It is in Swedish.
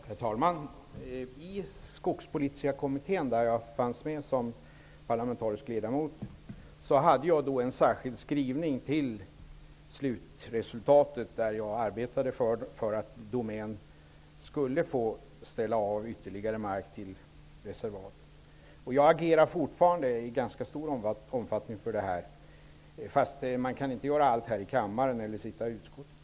Herr talman! I Skogspolitiska kommittén, där jag ingick som parlamentarisk ledamot, gjorde jag ett särskilt uttalande i slutbetänkandet. I det talade jag för att Domän skulle få avsätta ytterligare mark till reservat. Jag agerar fortfarande för det i ganska stor omfattning. Men man kan inte göra allt här i kammaren eller dra allt i utskottet.